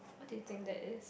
what do you think that is